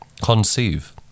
conceive